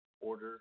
Order